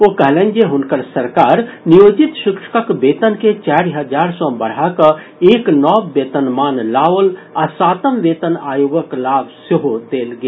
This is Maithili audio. ओ कहलनि जे हुनक सरकार नियोजित शिक्षकक वेतन के चारि हजार सॅ बढ़ा कऽ एक नव वेतनमान लाओल आ सातम वेतन आयोगक लाभ सेहो देल गेल